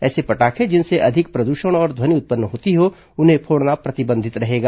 ऐसे पटाखे जिनसे अधिक प्रदूषण और ध्वनि उत्पन्न होती हो उन्हें फोड़ना प्रतिबंधित रहेगा